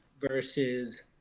versus